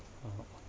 fan~